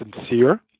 sincere